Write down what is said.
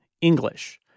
English